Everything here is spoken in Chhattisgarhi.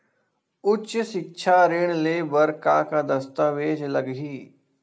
उच्च सिक्छा ऋण ले बर का का दस्तावेज लगही?